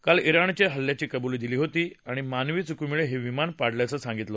काल ्राणनं या हल्ल्याची कबुली दिली होती आणि मानवी चुकीमुळे हे विमान पाडल्याचं सांगितलं